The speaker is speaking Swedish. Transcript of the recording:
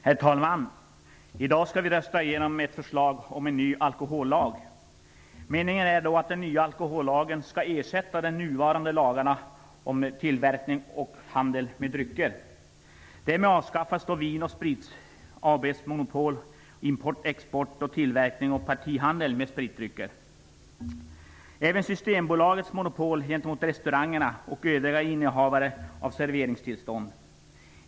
Herr talman! I dag skall vi rösta igenom ett förslag om en ny alkohollag. Meningen är att den nya alkohollagen skall ersätta de nuvarande lagarna om tillverkning och handel med drycker. Därmed avskaffas Vin & Sprit AB:s monopol på import, export, tillverkning och partihandel med spritdrycker. Det gäller även Systembolagets monopol gentemot restaurangerna och övriga innehavare av serveringstillstånd.